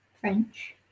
French